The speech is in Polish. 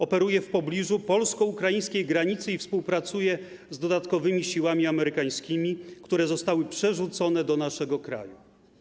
Operuje w pobliżu polsko-ukraińskiej granicy i współpracuje z dodatkowymi siłami amerykańskimi, które zostały przerzucone do naszego kraju.